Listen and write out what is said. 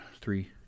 three